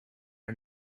and